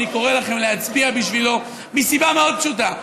אני קורא לכם להצביע בשבילו מסיבה מאוד פשוטה,